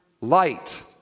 light